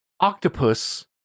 octopus